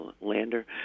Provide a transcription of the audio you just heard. Lander